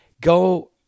go